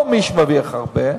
לא על מי שמרוויח הרבה,